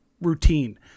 routine